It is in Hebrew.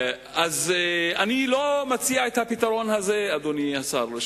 אני לא מציע את הפתרון הזה, אדוני השר.